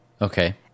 Okay